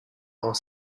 are